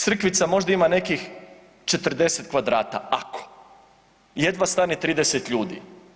Crkvica možda ima nekih 40 kvadrata ako, jedva stane 30 ljudi.